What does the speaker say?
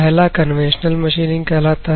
पहला conventional machining कहलाता है